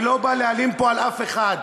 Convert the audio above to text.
אני לא בא להלין פה על אף אחד,